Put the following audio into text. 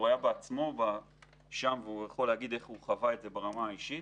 הוא היה בעצמו שם והוא יכול להגיד איך הוא חווה את זה ברמה האישית.